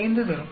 5 தரும்